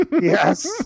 Yes